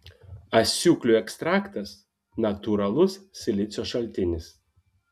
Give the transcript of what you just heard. asiūklių ekstraktas natūralus silicio šaltinis